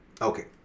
Okay